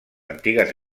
antigues